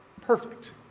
perfect